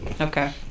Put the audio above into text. okay